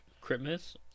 Christmas